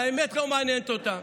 והאמת לא מעניינת אותם.